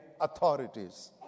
authorities